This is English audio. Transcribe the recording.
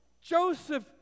Joseph